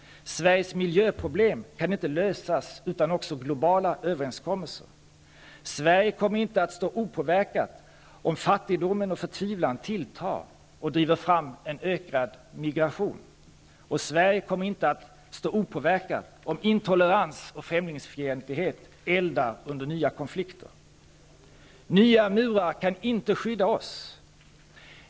Sveriges miljöproblem kan inte lösas utan också globala överenskommelser. Sverige kommer inte att stå opåverkat om fattigdom och förtvivlan tilltar och driver fram en ökad migration. Sverige kommmer inte att stå opåverkat om intolerans och främlingsfientlighet eldar under nya konflikter. Nya murar kan inte skydda oss.